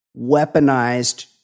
weaponized